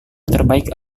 terbaik